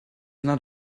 not